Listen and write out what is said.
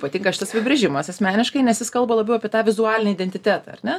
patinka šitas apibrėžimas asmeniškai nes jis kalba labiau apie tą vizualinį identitetą ar ne